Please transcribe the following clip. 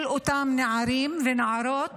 של אותם נערים ונערות,